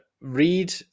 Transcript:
read